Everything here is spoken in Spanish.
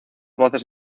voces